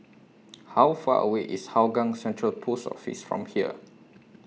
How Far away IS Hougang Central Post Office from here